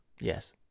yes